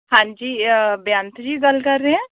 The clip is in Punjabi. ਹਾਂਜੀ ਬੇਅੰਤ ਜੀ ਗੱਲ ਕਰ ਰਹੇ ਹੈ